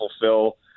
fulfill